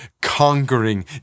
conquering